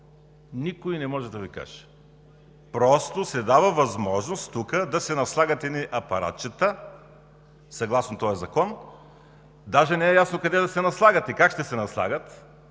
Никой не може да Ви каже. Просто се дава възможност тук да се наслагат едни апаратчета, съгласно този закон, а даже не е ясно къде да се наслагат и как ще се наслагат